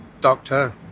Doctor